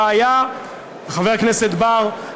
חבר הכנסת בר,